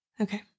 Okay